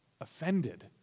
offended